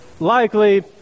Likely